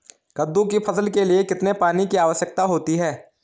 कद्दू की फसल के लिए कितने पानी की आवश्यकता होती है?